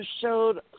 showed